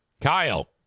Kyle